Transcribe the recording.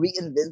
reinvent